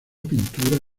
pintura